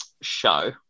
Show